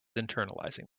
internalizing